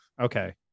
okay